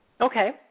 Okay